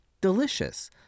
Delicious